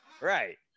Right